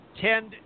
tend